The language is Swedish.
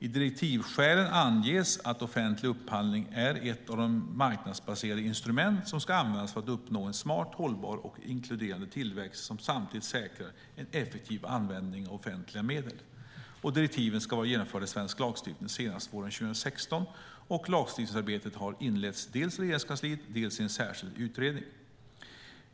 I direktivskälen anges att offentlig upphandling är ett av de marknadsbaserade instrument som ska användas för att uppnå en smart, hållbar och inkluderande tillväxt som samtidigt säkrar en effektiv användning av offentliga medel. Direktiven ska vara genomförda i svensk lagstiftning senast våren 2016, och lagstiftningsarbetet har inletts dels i Regeringskansliet, dels i en särskild utredning.